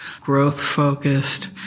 growth-focused